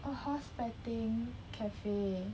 oh horse betting cafe